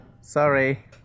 Sorry